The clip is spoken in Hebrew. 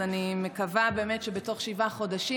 אז אני מקווה באמת שבתוך שבעה חודשים